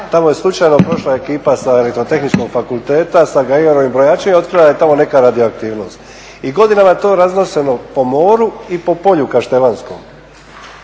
Tamo je slučajno prošla ekipa sa Elektrotehničkog fakulteta sa Geigerovim brojačem i otkrivena je tamo neka radioaktivnost i godinama je to raznošeno po moru i po polju kaštelanskom